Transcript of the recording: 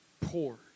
poor